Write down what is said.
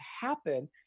happen